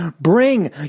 bring